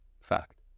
Fact